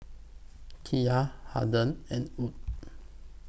Kiya Harden and Wood